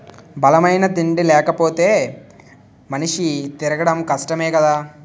బలమైన తిండి లేపోతే మనిషి తిరగడం కష్టమే కదా